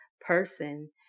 person